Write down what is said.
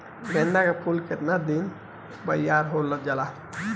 गेंदा के फूल केतना दिन में तइयार हो जाला?